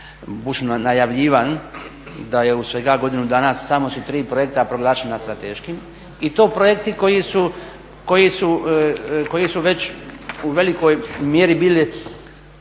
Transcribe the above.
bučno najavljivan, da je u svega godinu dana samo su tri projekta proglašena strateškim i to projekti koji su već u velikoj mjeri bili